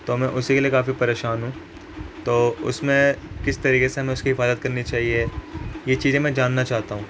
تو میں اسی کے لیے کافی پریشان ہوں تو اس میں کس طریقے سے ہمیں اس کی حفاظت کرنی چاہیے یہ چیزیں میں جاننا چاہتا ہوں